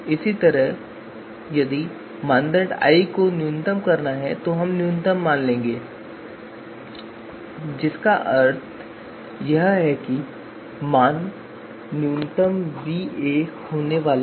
इसी तरह यदि मानदंड i को न्यूनतम किया जाना है तो हम न्यूनतम मान लेंगे जिसका अर्थ है कि मान न्यूनतम va होने वाला है